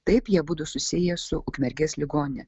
taip jie abudu susiję su ukmergės ligonine